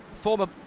former